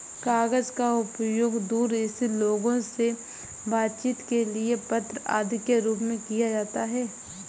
कागज का उपयोग दूर स्थित लोगों से बातचीत के लिए पत्र आदि के रूप में किया जाता है